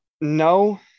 No